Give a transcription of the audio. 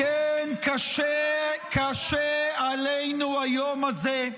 כן, קשה עלינו היום הזה,